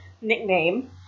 nickname